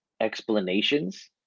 explanations